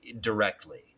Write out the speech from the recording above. directly